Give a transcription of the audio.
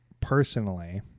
Personally